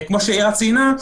כמו שיאירה ציינה,